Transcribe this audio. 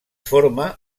forma